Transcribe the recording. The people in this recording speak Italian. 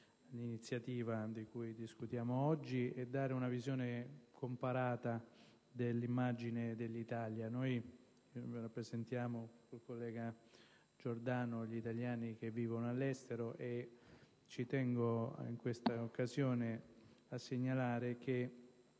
legislativa di cui discutiamo oggi e offrire una visione comparata dell'immagine dell'Italia. Io, insieme al collega Giordano, rappresento gli italiani che vivono all'estero e ci tengo, in questa occasione, a segnalare che